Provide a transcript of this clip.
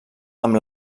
amb